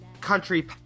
country